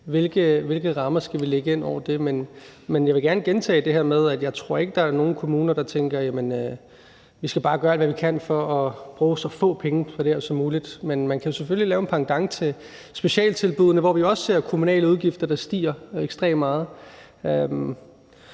hvilke rammer vi skal lægge ind over det. Men jeg vil gerne gentage det her med, at jeg ikke tror, at der er nogen kommuner, der tænker: Vi skal bare gøre alt, hvad vi kan, for at bruge så få penge på det her som muligt. Men man kan selvfølgelig lave en pendant til specialtilbuddene, hvor vi jo også ser kommunale udgifter, der stiger ekstremt meget.